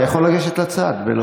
אתה יכול לגשת לצד.